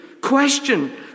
Question